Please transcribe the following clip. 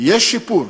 יש שיפור.